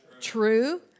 true